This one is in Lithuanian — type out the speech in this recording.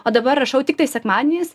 o dabar rašau tiktai sekmadieniais